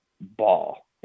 ball